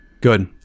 Good